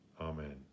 Amen